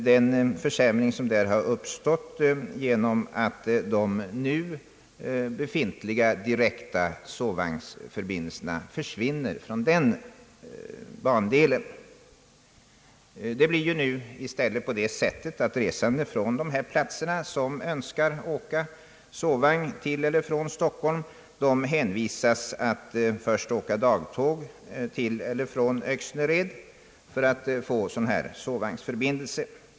Den försämring som har uppstått där genom att de nu befintliga direkta sovvagnsförbindelserna försvinner från den bandelen innebär, att resande från dessa platser som önskar åka sovvagn till eller från Stockholm hänvisas att först åka dagtåg till eller från Öxnered för att få denna sovvagnsförbindelse.